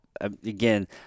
again